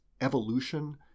evolution